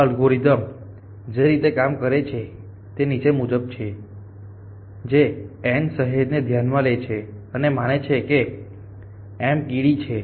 આ અલ્ગોરિધમ જે રીતે કામ કરે છે તે નીચે મુજબ છે જે N શહેરને ધ્યાનમાં લે છે અને માને છે કે M કીડી છે